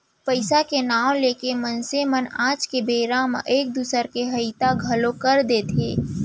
पइसा के नांव लेके मनसे मन आज के बेरा म एक दूसर के हइता घलौ कर देथे